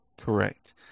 Correct